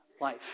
life